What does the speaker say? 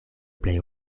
plej